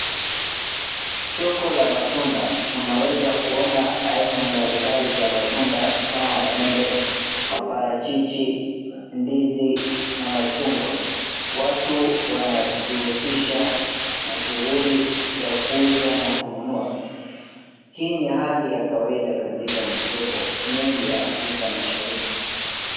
Soko la matunda, Tunaweza kuona aina mbali mbali za matunda kama maembe, maparachichi, ndizi na machungwa. Watu wanajihusisha na shuhghuli za kuuza na kununua. Hii ni hali ya kawaida katika masoko mengi ya afrika mashariki.